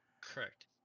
correct